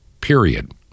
period